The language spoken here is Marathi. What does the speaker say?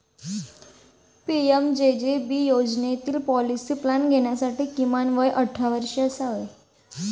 पी.एम.जे.जे.बी योजनेतील पॉलिसी प्लॅन घेण्यासाठी किमान वय अठरा वर्षे असावे